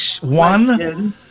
One